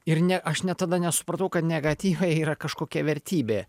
ir ne aš net tada nesupratau kad negatyvai yra kažkokia vertybė